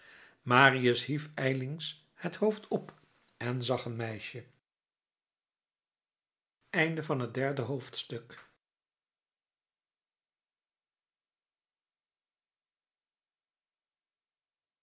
marius hief ijlings het hoofd op en zag een meisje